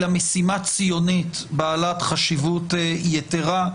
אלא משימה ציונית בעלת חשיבות יתרה,